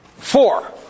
Four